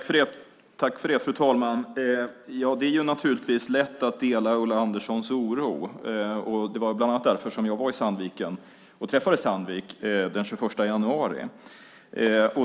Fru talman! Det är naturligtvis lätt att dela Ulla Anderssons oro. Det var bland annat därför jag var i Sandviken och träffade Sandvik den 21 januari.